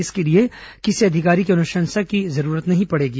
इसके लिए किसी अधिकारी की अनुशंसा की जरूरत नहीं पड़ेंगी